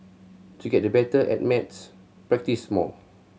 to get the better at maths practise more